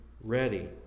ready